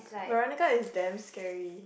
Veronica is damn scary